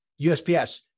USPS